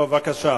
אל תשיב.